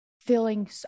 feeling